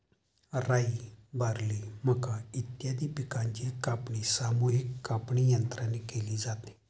राई, बार्ली, मका इत्यादी पिकांची कापणी सामूहिक कापणीयंत्राने केली जाते